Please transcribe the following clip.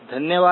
धन्यवाद